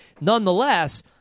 nonetheless